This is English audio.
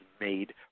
made